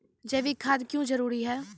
जैविक खाद क्यो जरूरी हैं?